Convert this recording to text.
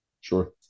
Sure